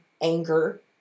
anger